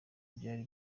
byari